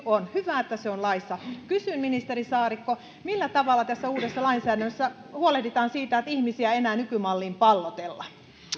on hyvä että se on laissa kysyn ministeri saarikko millä tavalla tässä uudessa lainsäädännössä huolehditaan siitä että ihmisiä ei enää nykymalliin pallotella